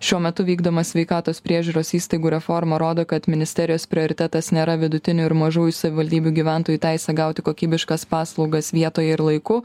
šiuo metu vykdoma sveikatos priežiūros įstaigų reforma rodo kad ministerijos prioritetas nėra vidutinių ir mažųjų savivaldybių gyventojų teisė gauti kokybiškas paslaugas vietoje ir laiku